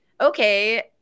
okay